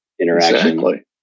interaction